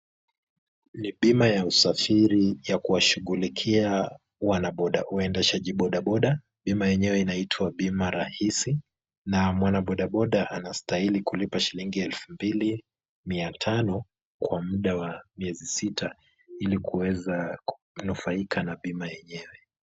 Ni bima ya usafiri ya kuwashughulikia wanabodaboda, wendeshaji bodaboda na bima yenye inaitwa Bima Rahisi na mwanabodaboda anastahili kulipa shillingi elfu mbili mia tano kwa muda wa miezi sita ili kuweza kunufaika na bima yenyewe.